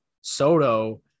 Soto